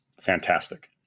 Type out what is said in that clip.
fantastic